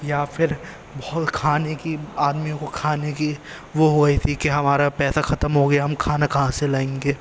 یا پھر بہت کھانے کی آدمیوں کو کھانے کی وہ ہو گئی تھی کہ ہمارا پیسہ ختم ہو گیا ہم کھانا کہاں سے لائیں گے